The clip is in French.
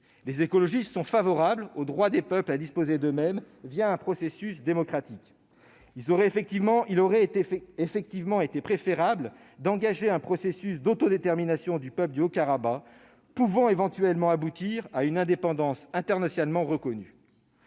Les écologistes sont favorables au droit des peuples à disposer d'eux-mêmes un processus démocratique. De ce point de vue, il aurait été préférable d'engager un processus d'autodétermination du peuple du Haut-Karabagh, pouvant éventuellement aboutir à une indépendance internationalement reconnue.